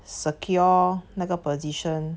secure 那个 position